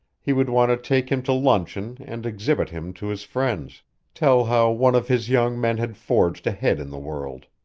he would want to take him to luncheon and exhibit him to his friends tell how one of his young men had forged ahead in the world.